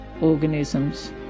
organisms